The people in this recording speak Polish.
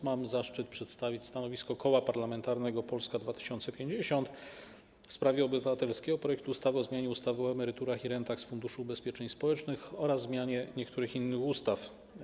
Mam zaszczyt przedstawić stanowisko Koła Parlamentarnego Polska 2050 w sprawie obywatelskiego projektu ustawy o zmianie ustawy o emeryturach i rentach z Funduszu Ubezpieczeń Społecznych oraz o zmianie niektórych ustaw.